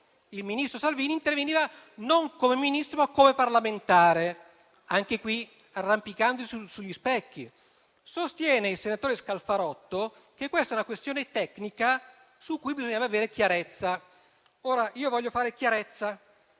il ministro Salvini interveniva non come Ministro, ma come parlamentare, anche qui arrampicandosi sugli specchi. Sostiene il senatore Scalfarotto che questa è una questione tecnica su cui bisogna avere chiarezza. Voglio fare chiarezza,